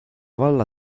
valla